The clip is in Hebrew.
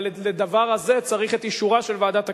אבל לדבר הזה צריך את אישורה של ועדת הכנסת.